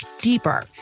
deeper